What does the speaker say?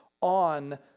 on